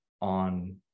on